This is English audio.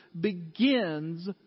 begins